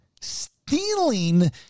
stealing